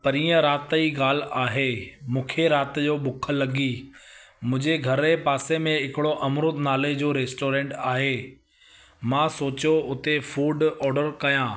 परीहं राति ई ॻाल्हि आहे मूंखे राति जो बुख लॻी मुंहिंजे घर जे पासे में हिकिड़ो अमरत नाले जो रेस्टोरेंट आहे मां सोचियो उते फूड ऑडर कयां